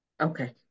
Okay